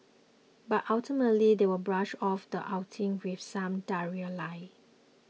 but ultimately they will brush off the outing with some diarrhoea lie